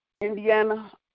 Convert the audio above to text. Indiana